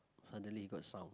suddenly got sound